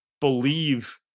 believe